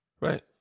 right